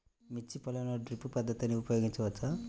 మిర్చి పొలంలో డ్రిప్ పద్ధతిని ఉపయోగించవచ్చా?